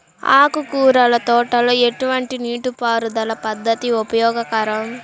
ఆకుకూరల తోటలలో ఎటువంటి నీటిపారుదల పద్దతి ఉపయోగకరం?